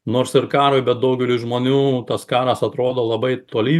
nors ir karui bet daugeliui žmonių tas karas atrodo labai toli